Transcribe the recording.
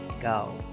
go